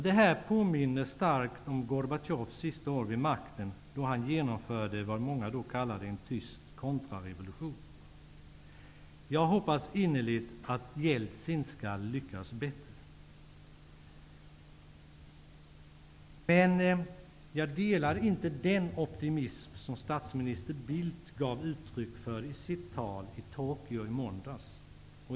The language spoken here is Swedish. Detta påminner starkt om Gorbatjovs sista år vid makten, då han genomförde vad många kallade en tyst kontrarevolution. Jag hoppas innerligt att Jeltsin skall lyckas bättre. Men jag delar inte den optimism som statsminister Bildt gav uttryck för i sitt tal i Tokyo i måndags.